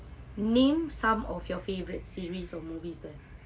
name some of your favourite series or movies there